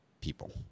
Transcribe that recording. people